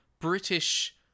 British